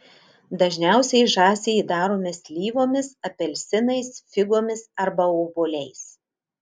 dažniausiai žąsį įdarome slyvomis apelsinais figomis arba obuoliais